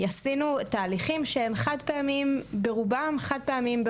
עשינו תהליכים שהם ברובם חד-פעמיים,